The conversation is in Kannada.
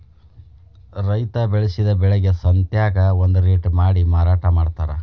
ರೈತಾ ಬೆಳಸಿದ ಬೆಳಿಗೆ ಸಂತ್ಯಾಗ ಒಂದ ರೇಟ ಮಾಡಿ ಮಾರಾಟಾ ಮಡ್ತಾರ